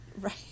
Right